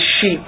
sheep